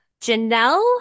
Janelle